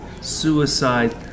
suicide